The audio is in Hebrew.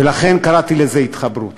ולכן קראתי לזה התחברות.